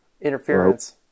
interference